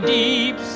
deep